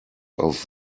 auf